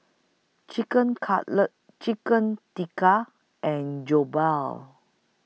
Chicken Cutlet Chicken Tikka and Jokbal